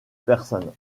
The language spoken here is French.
personnes